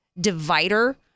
divider